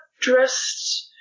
dressed